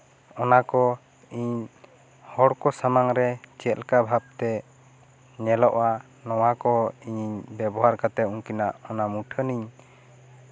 ᱚᱱᱟ ᱠᱚ ᱤᱧ ᱦᱚᱲ ᱠᱚ ᱥᱟᱢᱟᱝ ᱨᱮ ᱪᱮᱫᱞᱮᱠᱟ ᱵᱷᱟᱵ ᱛᱮ ᱧᱮᱞᱚᱜᱼᱟ ᱱᱚᱶᱟ ᱠᱚ ᱤᱧᱤᱧ ᱵᱮᱵᱚᱦᱟᱨ ᱠᱟᱛᱮᱫ ᱩᱱᱠᱤᱱᱟᱜ ᱚᱱᱟ ᱢᱩᱴᱷᱟᱹᱱᱤᱧ